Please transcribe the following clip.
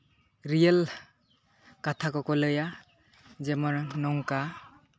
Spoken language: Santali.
ᱨᱤᱭᱮᱞ ᱠᱟᱛᱷᱟ ᱠᱚ ᱠᱚ ᱞᱟᱹᱭᱟ ᱡᱮᱢᱚᱱ ᱱᱚᱝᱠᱟ